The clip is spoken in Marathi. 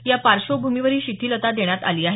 या पार्श्वभूमीवर ही शिथिलता देण्यात आली आहे